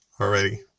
already